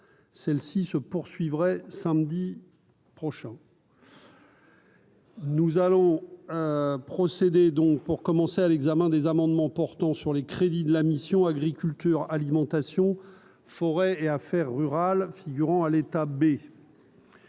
celle-ci se poursuivrait samedi prochain. Nous allons procéder donc pour commencer à l'examen des amendements portant sur les crédits de la mission Agriculture alimentation forêt et affaires rurales figurant à l'état B.